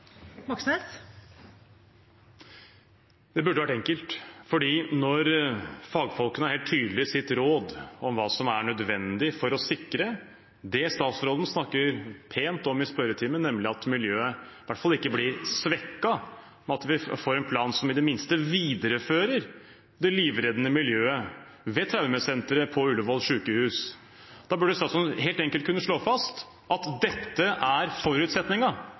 Moxnes – til oppfølgingsspørsmål. Det burde vært enkelt. Når fagfolkene er helt tydelige i sitt råd om hva som er nødvendig for å sikre det statsråden snakker pent om i spørretimen, nemlig at miljøet i hvert fall ikke skal svekkes, men at vi får en plan som i det minste viderefører det livreddende miljøet ved traumesenteret på Ullevål sykehus, burde statsråden helt enkelt kunne slå fast at dette er